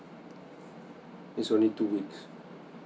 it's only two weeks